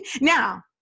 Now